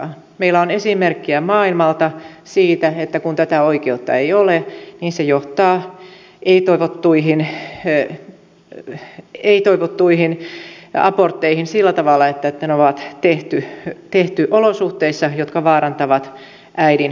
meillä on esimerkkejä maailmalta siitä että kun tätä oikeutta ei ole niin se johtaa ei toivottuihin abortteihin sillä tavalla että ne on tehty olosuhteissa jotka vaarantavat äidin tulevaisuuden